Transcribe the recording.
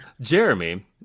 Jeremy